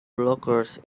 blockers